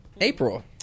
April